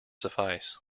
suffice